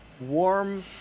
warm